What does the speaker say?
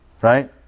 Right